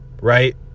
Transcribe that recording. right